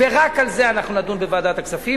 ורק על זה אנחנו נדון בוועדת הכספים,